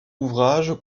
ouvrages